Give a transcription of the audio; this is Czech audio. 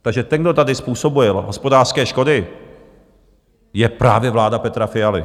Takže ten, kdo tady způsobuje hospodářské škody, je právě vláda Petra Fialy.